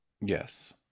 yes